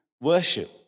worship